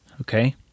Okay